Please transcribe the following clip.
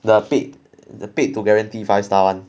the paid the paid to guaranteed five star [one]